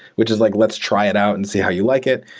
which is like, let's try it out and see how you like it.